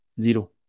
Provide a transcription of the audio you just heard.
Zero